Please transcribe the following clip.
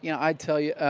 you know i'd tell you,